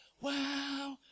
Wow